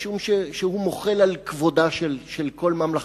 משום שהוא מוחל על כבודה של כל ממלכתו,